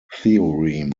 theorem